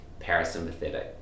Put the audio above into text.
parasympathetic